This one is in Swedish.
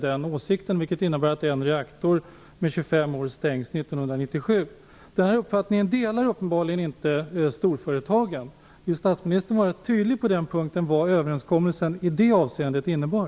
Det innebär att en reaktor skall nu efter 25 år avvecklas Denna uppfattning delar uppenbarligen inte storföretagen. Vill statsministern vara tydlig på den punkten om vad överenskommelsen i det avseendet innebar?